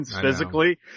physically